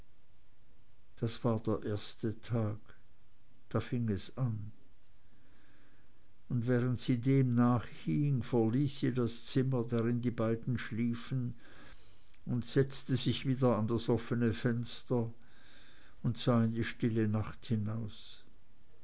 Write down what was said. das war der erste tag da fing es an und während sie dem nachhing verließ sie das zimmer drin die beiden schliefen und setzte sich wieder an das offene fenster und sah in die stille nacht hinaus